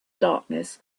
darkness